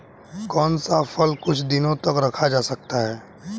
कौन सा फल कुछ दिनों तक रखा जा सकता है?